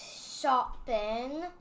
shopping